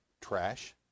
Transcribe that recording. trash